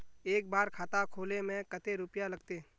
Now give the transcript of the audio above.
एक बार खाता खोले में कते रुपया लगते?